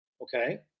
Okay